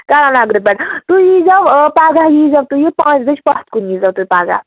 کرن نگرٕ پٮ۪ٹھ تُہۍ یِیٖزیو پگاہ ییٖزیو تۄہہِ پانٛژِ بَجہِ پَتھ کُن ییٖزیو تُہۍ پگاہ